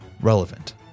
relevant